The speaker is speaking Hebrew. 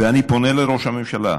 ואני פונה לראש הממשלה: